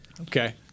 Okay